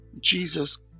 Jesus